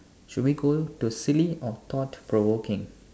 should we go to silly or thought provoking